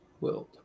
world